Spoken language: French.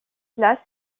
place